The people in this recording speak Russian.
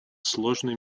сложной